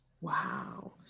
Wow